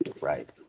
Right